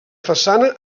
façana